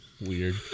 weird